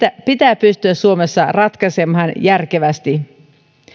pitää pystyä suomessa ratkaisemaan järkevästi